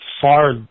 far